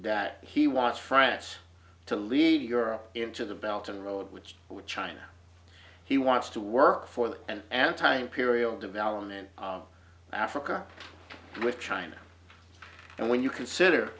that he wants france to lead europe into the belt and road which would china he wants to work for an anti imperial development of africa with china and when you consider